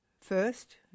First